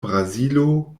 brazilo